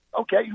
Okay